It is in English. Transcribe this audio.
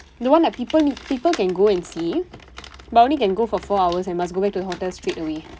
the one that people need people can go and see but only can go for four hours and must go back to the hotel straightaway